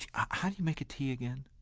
how do you make a t again?